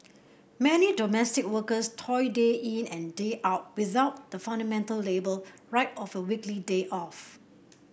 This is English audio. many domestic workers toil day in and day out without the fundamental labour right of a weekly day off